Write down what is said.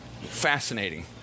fascinating